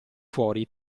fuori